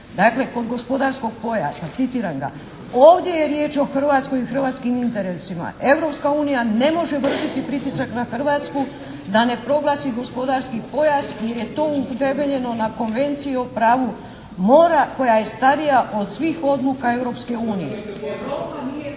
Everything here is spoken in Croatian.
Dakle kod gospodarskog pojasa, citiram ga: "Ovdje je riječ o Hrvatskoj i hrvatskim interesima. Europska unija ne može vršiti pritisak na Hrvatsku da ne proglasi gospodarski pojas, jer je to utemeljeno na Konvenciji o pravu mora koja je starija od svih odluka Europske unije.